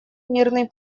мирный